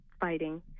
fighting